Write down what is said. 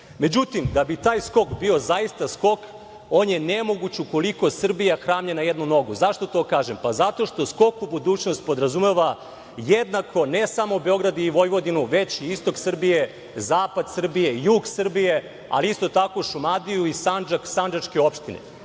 međutim, da bi taj skok bio zaista skok, on je nemoguć ukoliko Srbija hramlje na jednu nogu. Zašto to kažem, zato što „Skok u budućnost“ podrazumeva jednako ne samo Beograd i Vojvodinu, već i istok Srbije, zapad Srbije, jug Srbije, ali isto tako i Šumadiju, Sandžak, sandžačke opštine. Nažalost